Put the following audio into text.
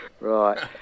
Right